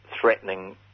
threatening